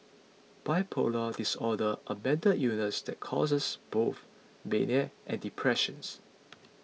bipolar disorder a mental illness that causes both mania and depressions